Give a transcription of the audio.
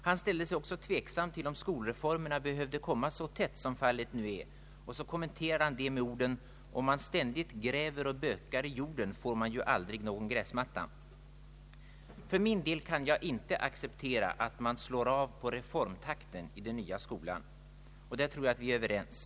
Han ställde sig vidare tveksam till om skolreformerna behövde komma så tätt som fallet nu är, och han kommenterade det med orden att om man ständigt gräver och bökar i jorden får man ju aldrig någon gräsmatta. För min del kan jag inte acceptera att man slår av på reformtakten i den nya skolan. Om detta tror jag att vi är överens.